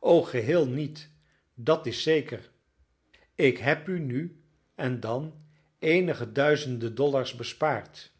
o geheel niet dat is zeker ik heb u nu en dan eenige duizenden dollars bespaard